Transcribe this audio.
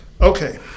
Okay